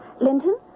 Linton